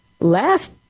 last